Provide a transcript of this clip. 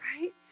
right